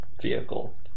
vehicle